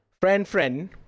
friend-friend